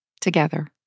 together